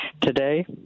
today